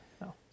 no